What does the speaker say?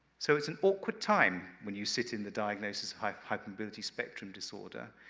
so, it's an awkward time when you sit in the diagnosis hypermobility spectrum disorder,